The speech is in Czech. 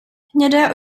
hnědé